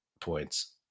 points